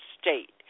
state